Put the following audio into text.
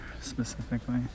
specifically